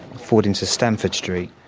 forward into stamford street,